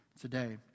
today